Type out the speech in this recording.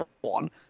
one